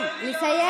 לסיים עכשיו.